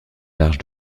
large